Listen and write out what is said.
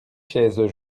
chaises